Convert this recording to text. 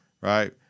right